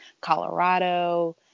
Colorado